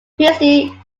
christie